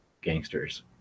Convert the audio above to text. gangsters